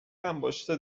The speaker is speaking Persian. انباشته